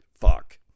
Fuck